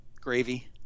gravy